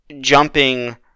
jumping